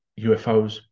UFOs